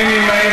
אין נמנעים.